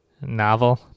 Novel